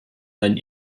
sein